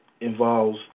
involves